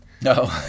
No